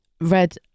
read